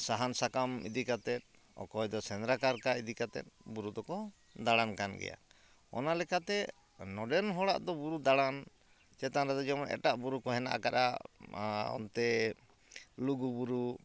ᱥᱟᱦᱟᱱ ᱥᱟᱠᱟᱢ ᱤᱫᱤ ᱠᱟᱛᱮᱫ ᱚᱠᱚᱭᱫᱚ ᱥᱮᱸᱫᱽᱨᱟ ᱠᱟᱨᱠᱟ ᱤᱫᱤ ᱠᱟᱛᱮᱫ ᱵᱩᱨᱩ ᱫᱚᱠᱚ ᱫᱟᱬᱟᱱ ᱠᱟᱱ ᱜᱮᱭᱟ ᱚᱱᱟ ᱞᱮᱠᱟᱛᱮ ᱱᱚᱰᱮᱱ ᱦᱚᱲᱟᱜ ᱫᱚ ᱵᱩᱨᱩ ᱫᱟᱬᱟᱱ ᱪᱮᱛᱟᱱ ᱨᱮᱫᱚ ᱡᱮᱢᱚᱱ ᱮᱴᱟᱜ ᱵᱩᱨᱩ ᱠᱚ ᱦᱮᱱᱟᱜ ᱟᱠᱟᱫᱼᱟ ᱚᱱᱛᱮ ᱞᱩᱜᱩ ᱵᱩᱨᱩ